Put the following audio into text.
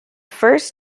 first